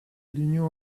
l’union